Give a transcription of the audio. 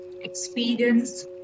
experience